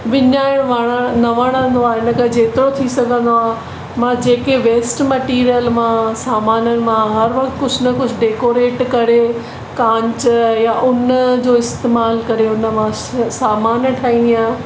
विञाइण वणण न वणंदो आहे इन करे जेतिरो थी सघंदो आहे मां जेके वेस्ट मेटिरियल मां सामाननि मां कुझु न कुझु डेकोरेट करे कांच या ऊन जो इस्तेमालु करे उन मां सामानु ठाहींदी आहियां